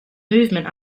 movement